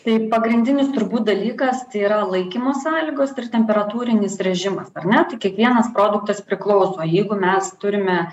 tai pagrindinis turbūt dalykas tai yra laikymo sąlygos ir temperatūrinis režimas ar ne kiekvienas produktas priklauso jeigu mes turime